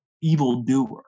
evildoer